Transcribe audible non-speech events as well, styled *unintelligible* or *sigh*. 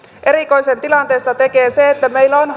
erikoisen tilanteesta tekee se että meillä on *unintelligible*